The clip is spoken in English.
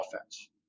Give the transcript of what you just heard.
offense